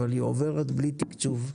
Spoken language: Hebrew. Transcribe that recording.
אבל היא עוברת בלי תקצוב.